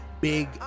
big